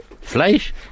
Fleisch